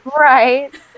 Right